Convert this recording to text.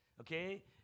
okay